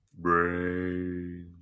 Brain